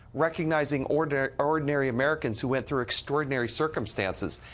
recognizing ordinary ordinary americans who went through extraordinary circumstances.